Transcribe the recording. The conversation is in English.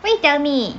why you tell me